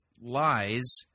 lies